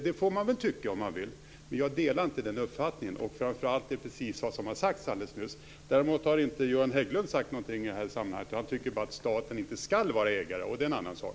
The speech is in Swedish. Det får man väl tycka om man vill, men jag delar inte uppfattningen om det som sades alldeles nyss. Däremot har inte Göran Hägglund sagt någonting i det här sammanhanget. Han tycker bara att staten inte skall vara ägare, och det är en annan sak.